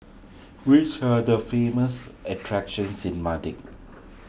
which are the famous attractions in